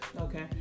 Okay